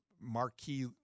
marquee